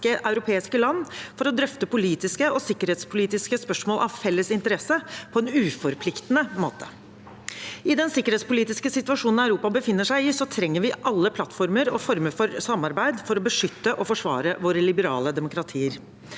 for å drøfte politiske og sikkerhetspolitiske spørsmål av felles interesse på en uforpliktende måte. I den sikkerhetspolitiske situasjonen Europa befinner seg i, trenger vi alle plattformer og former for samarbeid for å beskytte og forsvare våre liberale demokratier.